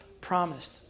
promised